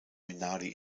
minardi